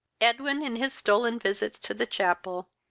edwin, in his stolen visits to the chapel,